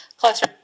closer